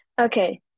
okay